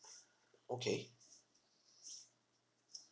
okay